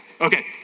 Okay